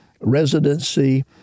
residency